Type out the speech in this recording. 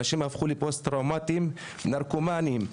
אנשים הפכו לפוסט-טראומטיים ולנרקומנים.